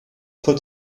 put